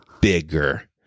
bigger